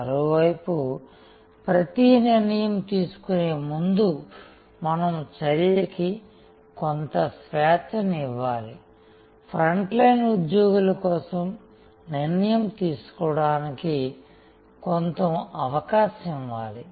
మరోవైపు ప్రతీ నిర్ణయం తీసుకునే ముందు మనం చర్యకి కొంత స్వేచ్ఛను ఇవ్వాలి ఫ్రంట్లైన్ ఉద్యోగుల కోసం నిర్ణయం తీసుకోవడానికి కొంత అవకాశం ఇవ్వాలి